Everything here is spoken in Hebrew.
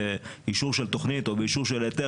באישור של תוכנית או באישור של היתר